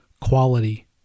quality